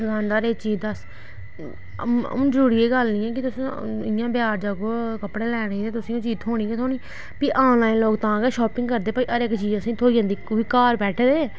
दकानदारा एह् चीज दस्स हून जरूरी एह् गल्ल नी ऐ कि तुस इ'यां बजार जाह्गो कपड़े लैने गी ते तुसेंगी ओह् चीज थ्होनी गै थ्होनी फ्ही आनलाइन तां गै शापिंग करदे कि हर इक्क चीज असेंगी थ्होई जंदी ओह् बी घर बैठे दे